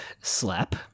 Slap